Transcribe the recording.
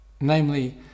Namely